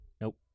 Nope